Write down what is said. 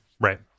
Right